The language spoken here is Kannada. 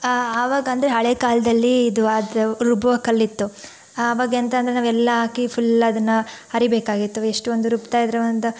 ಆವಾಗ ಅಂದರೆ ಹಳೆಯ ಕಾಲದಲ್ಲಿ ಇದು ಅದು ರುಬ್ಬುವ ಕಲ್ಲಿತ್ತು ಆವಾಗ ಎಂತಂದರೆ ನಾವೆಲ್ಲ ಹಾಕಿ ಫುಲ್ ಅದನ್ನು ಅರೀಬೇಕಾಗಿತ್ತು ಎಷ್ಟೊಂದು ರುಬ್ತಾ ಇದ್ದರು ಒಂದು